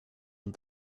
and